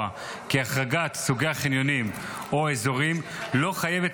כי החרגת סוגי החניונים או האזורים לא חייבת